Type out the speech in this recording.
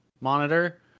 monitor